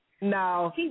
No